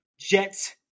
Jets